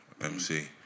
MC